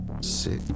Sick